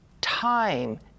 time